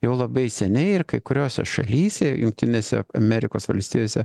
jau labai seniai ir kai kuriose šalyse jungtinėse amerikos valstijose